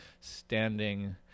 standing